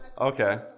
Okay